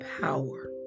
power